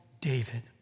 David